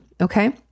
Okay